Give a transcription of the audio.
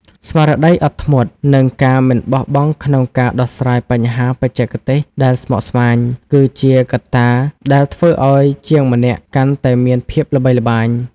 ស្មារតីអត់ធ្មត់ និងការមិនបោះបង់ក្នុងការដោះស្រាយបញ្ហាបច្ចេកទេសដែលស្មុគស្មាញ គឺជាកត្តាដែលធ្វើឱ្យជាងម្នាក់កាន់តែមានភាពល្បីល្បាញ។